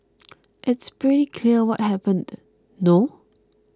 it's pretty clear what happened no